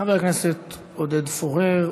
חבר הכנסת עודד פורר,